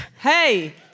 hey